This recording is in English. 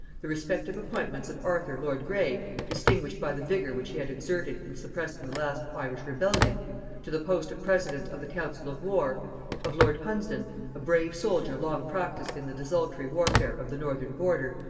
the respective appointments of arthur lord grey distinguished by the vigor which he had exerted in suppressing the last irish rebellion to the post of president of the council of war of lord hunsdon a brave soldier long practised in the desultory warfare of the northern border,